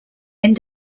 end